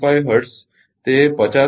5 hertz તે 50 hertz 49